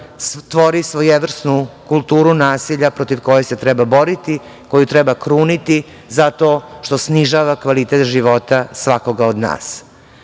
„stvori svojevrsnu kulturu nasilja“ protiv kojeg se treba boriti, koju treba kruniti zato što snižava kvalitet života svakoga od nas. Vrlo